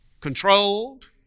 controlled